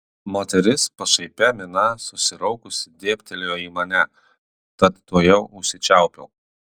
moteris pašaipia mina susiraukusi dėbtelėjo į mane tad tuojau užsičiaupiau